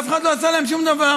ואף אחד לא עשה להן שום דבר.